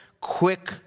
quick